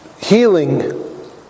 healing